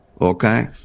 okay